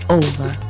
over